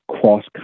cross